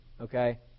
okay